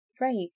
right